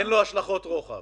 אין לו השלכות רוחב...